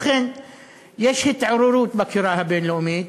לכן יש התעוררות בקהילה הבין-לאומית,